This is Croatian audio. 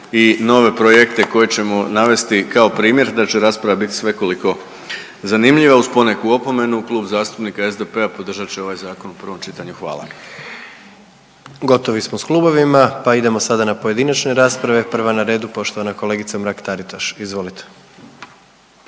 i nove projekte koje ćemo navesti kao primjer, da će rasprava biti svekoliko zanimljiva uz poneku opomenu, Kluba zastupnika SDP-a podržat će ovaj Zakon u prvom čitanju. Hvala. **Jandroković, Gordan (HDZ)** Gotovi smo s klubovima pa idemo sada na pojedinačne rasprave, prva na redu, poštovana kolegica Mrak-Taritaš, izvolite.